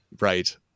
right